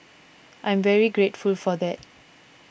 I'm very grateful for that